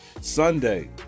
Sunday